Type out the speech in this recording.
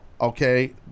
okay